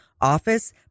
office